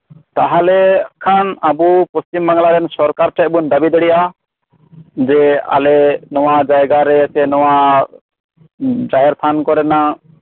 ᱛᱟᱦᱚᱞᱮ ᱠᱷᱟᱱ ᱟᱵᱩ ᱯᱚᱥᱪᱤᱢ ᱵᱟᱝᱞᱟᱨᱮᱱ ᱥᱚᱨᱠᱟᱨ ᱴᱷᱮᱡᱵᱩ ᱫᱟᱹᱵᱤ ᱫᱟᱲᱮᱭᱟᱜᱼᱟ ᱡᱮ ᱟᱞᱮ ᱱᱚᱣᱟ ᱡᱟᱭᱜᱟᱨᱮ ᱥᱮ ᱱᱚᱣᱟ ᱡᱟᱦᱮᱨ ᱛᱷᱟᱱ ᱠᱚᱨᱮᱱᱟᱜ